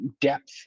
depth